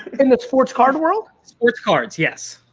in the sports card world? sports cards. yes.